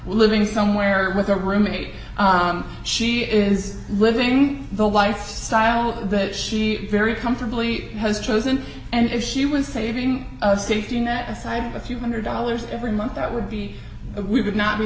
living somewhere with a roommate she is living the lifestyle that she very comfortably has chosen and if she was saving us taking that aside a few one hundred dollars every month that would be we would not be